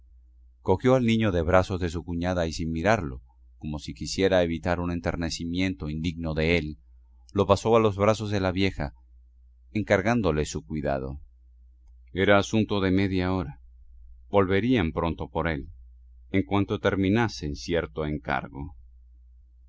cogió al niño de brazos de su cuñada y sin mirarlo como si quisiera evitar un enternecimiento indigno de él lo pasó a los brazos de la vieja encargándole su cuidado era asunto de media hora volverían pronto por él en cuanto terminasen cierto encargo